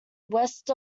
west